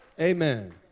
Amen